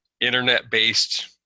internet-based